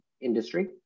industry